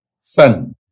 son